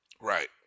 Right